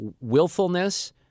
willfulness